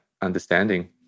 understanding